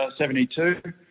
72